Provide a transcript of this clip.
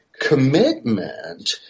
commitment